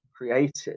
created